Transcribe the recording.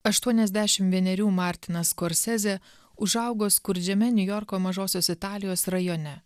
aštuoniasdešimt vienerių martinas skorsezė užaugo skurdžiame niujorko mažosios italijos rajone